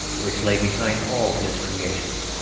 which lay behind all his creations.